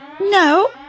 No